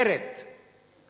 שמנכרת